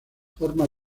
forma